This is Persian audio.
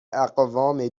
اقوام